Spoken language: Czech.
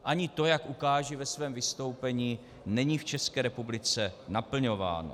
Ani to, jak ukážu ve svém vystoupení, není v České republice naplňováno.